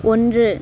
ஒன்று